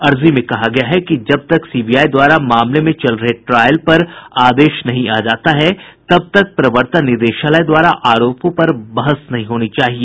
अर्जी में कहा गया है कि जब तक सीबीआई द्वारा मामले में चल रहे ट्रायल पर आदेश नहीं आ जाता है तब तक प्रवर्तन निदेशालय द्वारा आरोपों पर बहस नहीं होनी चाहिए